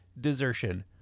desertion